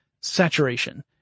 saturation